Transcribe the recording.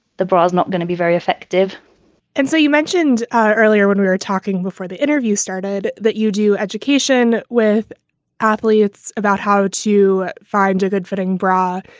the bra is not going to be very effective and so you mentioned earlier when we were talking before the interview started that you do education with athletes about how to find a good fitting bra.